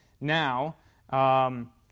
Now